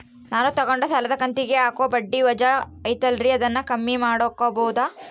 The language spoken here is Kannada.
ನಾನು ತಗೊಂಡ ಸಾಲದ ಕಂತಿಗೆ ಹಾಕೋ ಬಡ್ಡಿ ವಜಾ ಐತಲ್ರಿ ಅದನ್ನ ಕಮ್ಮಿ ಮಾಡಕೋಬಹುದಾ?